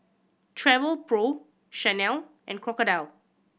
Travelpro Chanel and Crocodile